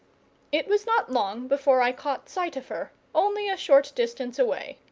it was not long before i caught sight of her, only a short distance away.